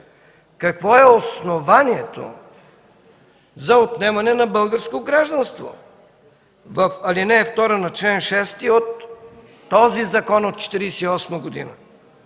какво е основанието за отнемане на българско гражданство. В ал. 2 на чл. 6 от този закон от 1948 г.: